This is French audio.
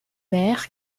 mère